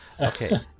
Okay